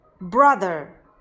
Brother